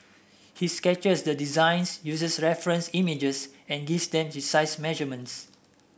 he sketches the designs uses reference images and gives them precise measurements